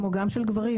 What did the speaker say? כמו גם של גברים,